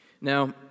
Now